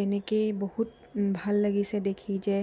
তেনেকেই বহুত ভাল লাগিছে দেখি যে